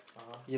(uh huh)